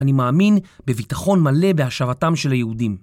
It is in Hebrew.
אני מאמין בביטחון מלא בהשראתם של היהודים.